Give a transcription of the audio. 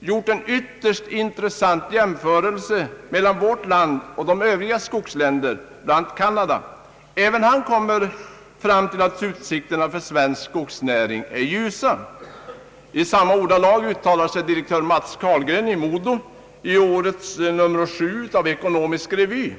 gjort en ytterst intressant jämförelse mellan vårt land och övriga skogsländer, bl.a. Kanada. även han kommer fram till att utsikterna för svensk skogsnäring är ljusa. I samma ordalag uttalar sig direktör Matts Carlgren i Modo i årets nummer 7 av Ekonomisk Revy.